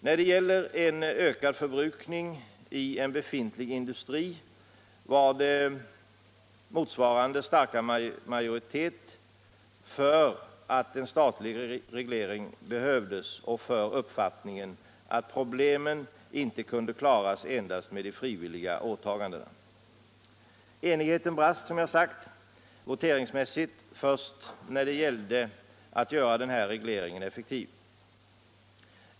När det gäller en ökad förbrukning i en befintlig industri var det motsvarande stark majoritet för att en statlig reglering behövdes och för uppfattningen att problemet inte kunde klaras enbart med de frivilliga åtagandena. Enigheten brast voteringsmässigt — som jag sagt — först när det gällde att göra den här regleringen effektiv.